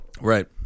Right